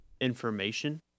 information